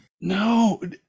no